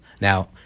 Now